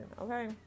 okay